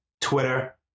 Twitter